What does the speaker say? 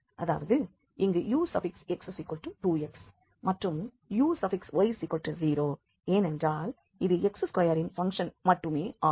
அதாவது இங்கே ux2x மற்றும் uy0 ஏனென்றால் இது x2 இன் பங்க்ஷன் மட்டுமே ஆகும்